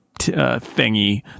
thingy